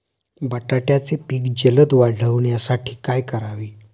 बटाट्याचे पीक जलद वाढवण्यासाठी काय करावे?